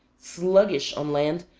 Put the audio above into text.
sluggish on land,